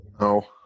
No